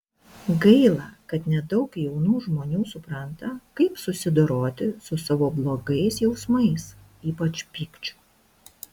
gaila kad nedaug jaunų žmonių supranta kaip susidoroti su savo blogais jausmais ypač pykčiu